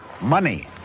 money